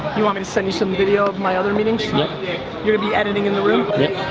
you want me to send you some video of my other meetings? yep. you're gonna be editing in the room? but